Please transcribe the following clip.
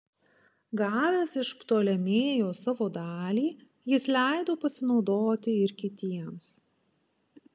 gavęs iš ptolemėjo savo dalį jis leido pasinaudoti ir kitiems